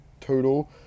total